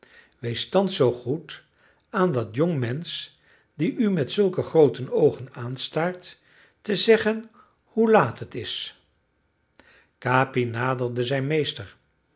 toespreek wees thans zoo goed aan dat jonge mensch die u met zulke groote oogen aanstaart te zeggen hoe laat het is capi naderde zijn meester